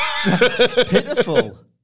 Pitiful